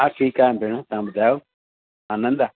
मां ठीकु आहियां भेणु तव्हां ॿुधायो आनंद आहे